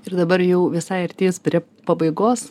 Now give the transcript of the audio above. ir dabar jau visai artėjus prie pabaigos